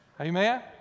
Amen